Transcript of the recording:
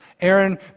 Aaron